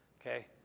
okay